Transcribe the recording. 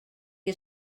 que